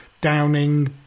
Downing